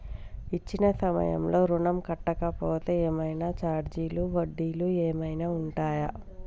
ఇచ్చిన సమయంలో ఋణం కట్టలేకపోతే ఏమైనా ఛార్జీలు వడ్డీలు ఏమైనా ఉంటయా?